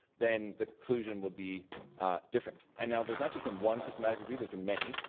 then the conclusion would be different. and now there's not just been one systematic review, there's been many.